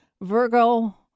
Virgo